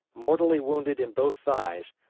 mortally wounded in both thighs,